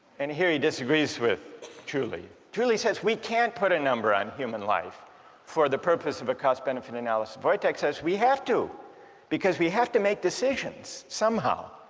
and here he disagrees with julie julie says we can't put a number of and human life for the purpose of a cost-benefit analysis, voicheck says we have to because we have to make decisions somehow